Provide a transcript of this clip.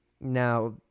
Now